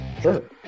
Sure